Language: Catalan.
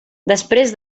després